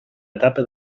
etapa